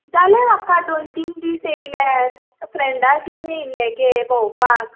जाले म्हाका दोन तीन दिस येयल्यार फ्रँडाक घेवन येयल्ले गे भोंवपाक